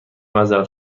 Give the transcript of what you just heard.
معذرت